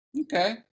okay